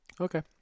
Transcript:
Okay